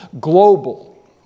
global